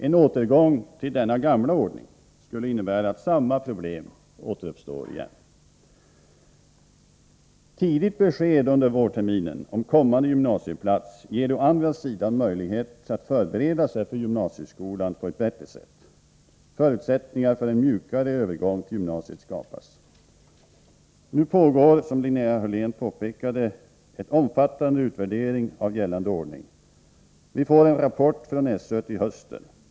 En återgång till denna gamla ordning skulle innebära att samma problem återuppstår. Tidigt besked under vårterminen om kommande gymnasieplats ger å andra sidan möjlighet att förbereda sig för gymnasieskolan på ett bättre sätt. Förutsättningar för en mjukare övergång till gymnasiet skapas. Nu pågår, som Linnea Hörlén påpekade, en omfattande utvärdering av gällande ordning. Vi får en rapport från SÖ till hösten.